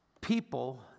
people